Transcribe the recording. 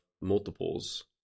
multiples